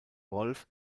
wolff